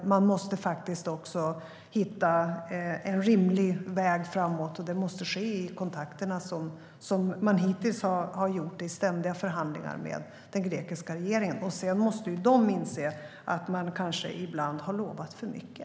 Man måste hitta en rimlig väg framåt. Det måste ske i kontakterna som man hittills har haft, i ständiga förhandlingar med den grekiska regeringen. Sedan måste de ibland inse att de ibland kanske har lovat för mycket.